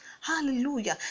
Hallelujah